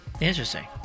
Interesting